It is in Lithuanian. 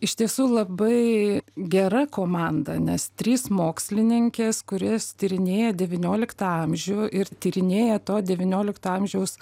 iš tiesų labai gera komanda nes trys mokslininkės kurios tyrinėja devynioliktą amžių ir tyrinėja to devyniolikto amžiaus